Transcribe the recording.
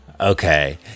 Okay